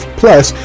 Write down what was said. plus